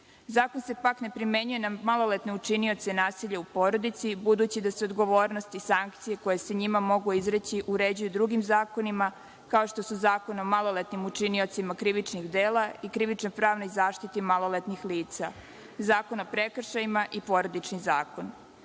Zakon se pak ne primenjuju na maloletne učinioce nasilja u porodici, budući da su odgovornost i sankcije koje se njima mogu izreći uređuju drugim zakonima kao što su Zakon o maloletnim učiniocima krivičnih dela i krivično pravnoj zaštiti maloletnih lica, Zakon o prekršajima i Porodični zakon. Takođe,